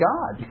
God